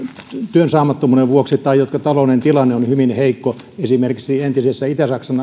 työn saamattomuuden vuoksi tai joiden taloudellinen tilanne on hyvin heikko esimerkiksi entisen itä itä saksan